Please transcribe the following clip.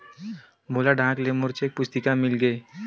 मोला डाक ले मोर चेक पुस्तिका मिल गे हे